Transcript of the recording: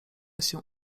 się